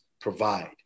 provide